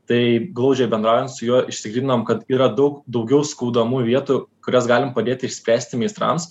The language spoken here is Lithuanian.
tai glaudžiai bendraujant su juo išsigryninom kad yra daug daugiau skaudamų vietų kurias galim padėti išspręsti meistrams